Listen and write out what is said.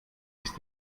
ist